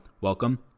welcome